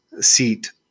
seat